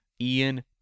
Ian